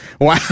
wow